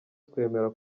twemera